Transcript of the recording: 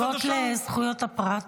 -- שנוגעות לזכויות הפרט.